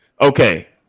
Okay